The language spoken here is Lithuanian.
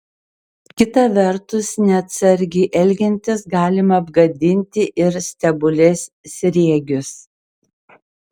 kita vertus neatsargiai elgiantis galima apgadinti ir stebulės sriegius